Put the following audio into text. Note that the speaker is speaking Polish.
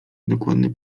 dokładny